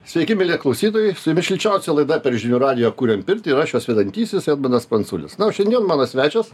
sveiki mieli klausytojai šilčiausia laida per žinių radijo kuriam pirtį ir aš jos vedantysis edmundas pranculis na o šiandien mano svečias